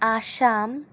Assam